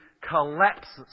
collapses